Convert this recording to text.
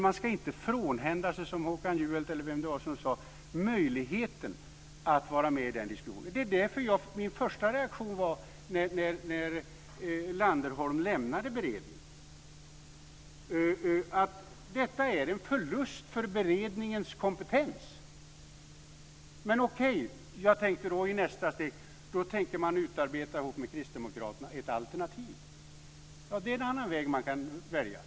Man ska inte - som Håkan Juholt eller vem det nu var sade - frånhända sig möjligheten att vara med i den diskussionen. Därför var min första reaktion när Landerholm lämnade beredningen: Detta är en förlust för beredningens kompetens. Men jag tänkte i nästa steg: Då tänker man ihop med kristdemokraterna utarbeta ett alternativ. Det är en annan väg man kan välja.